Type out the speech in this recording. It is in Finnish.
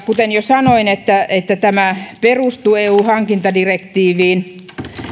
kuten jo sanoin tämä perustuu eun hankintadirektiiviin